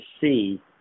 see